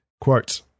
Quote